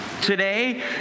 Today